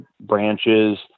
branches